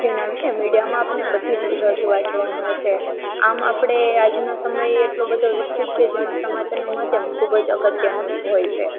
જેના વિશે મીડિયામાં આપને બધી જ ઉજળો જોવા મળે છે આમ આપળે આજના સમયે એટલો બધો વિકસિત છે જેમાં સમાચારનું માધ્યમ ખૂબ જ અગત્યનું હોય છે